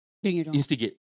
Instigate